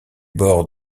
bords